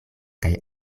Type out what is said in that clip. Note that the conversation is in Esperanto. kaj